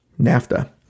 nafta